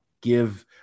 give